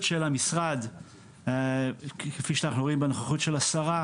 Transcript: של המשרד כפי שאנחנו רואים בנוכחות של השרה,